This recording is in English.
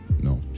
No